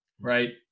right